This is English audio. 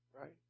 Right